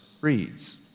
reads